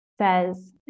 says